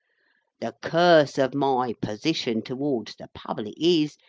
the curse of my position towards the public is,